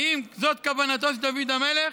האם זאת כוונתו של דוד המלך?